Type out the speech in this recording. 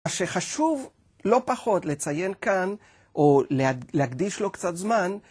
מה שחשוב לא פחות לציין כאן, או להקדיש לו קצת זמן...